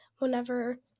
Whenever